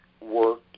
work